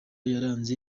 yaranze